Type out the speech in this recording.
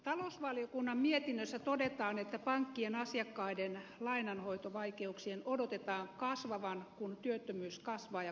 talousvaliokunnan mietinnössä todetaan että pankkien asiakkaiden lainanhoitovaikeuksien odotetaan kasvavan kun työttömyys kasvaa ja konkurssit lisääntyvät